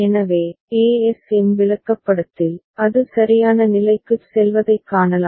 எனவே ஏஎஸ்எம் விளக்கப்படத்தில் அது சரியான நிலைக்குச் செல்வதைக் காணலாம்